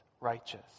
Righteous